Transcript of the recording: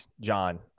John